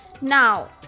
Now